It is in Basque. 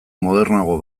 modernoago